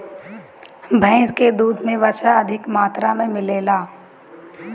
भैस के दूध में वसा अधिका मात्रा में मिलेला